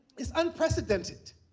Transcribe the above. it's unprecedented.